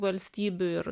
valstybių ir